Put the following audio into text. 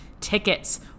tickets